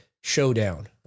showdown